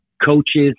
coaches